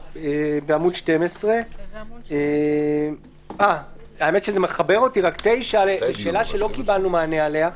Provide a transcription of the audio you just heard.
בעמ' 12. האמת היא שזה מחבר אותי לשאלה שלא קיבלנו מענה עליה,